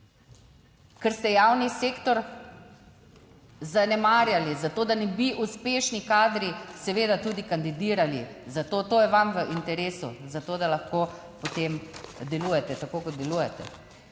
Ker ste javni sektor zanemarjali, zato, da ne bi uspešni kadri seveda tudi kandidirali za to, to je vam v interesu, zato, da lahko potem delujete tako, kot delujete.